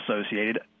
associated